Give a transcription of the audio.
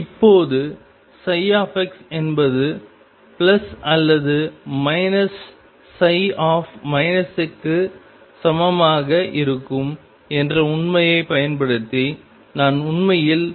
இப்போது ψ என்பது அல்லது ψ க்கு சமமாக இருக்கும் என்ற உண்மையைப் பயன்படுத்தி நான் உண்மையில்